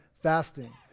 fasting